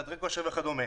חדרי כושר וכדומה.